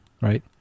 right